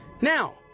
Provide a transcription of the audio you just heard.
Now